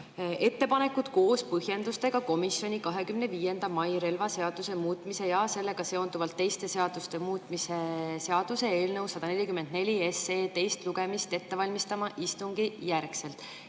"Ettepanekud koos põhjendustega komisjoni 25.05.2023 Relvaseaduse muutmise ja sellega seonduvalt teiste seaduste muutmise seaduse eelnõu 144 SE teist lugemist ettevalmistava istungi järgselt"